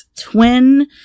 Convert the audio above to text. Twin